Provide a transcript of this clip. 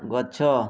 ଗଛ